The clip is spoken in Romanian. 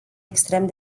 extrem